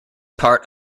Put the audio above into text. part